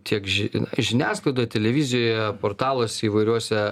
tiek ži žiniasklaidoje televizijoje portaluose įvairiuose